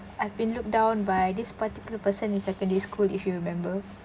I've been looked down by this particular person in secondary school if you remember